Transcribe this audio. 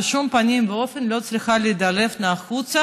הוא בשום פנים לא צריך לדלוף החוצה,